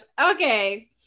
okay